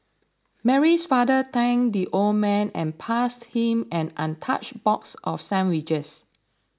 Mary's father thanked the old man and passed him an untouched box of sandwiches